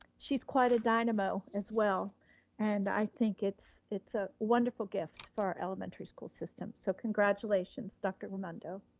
she's quite a dynamo as well and i think it's it's a wonderful gift for our elementary school system, so congratulations, dr. raimundo.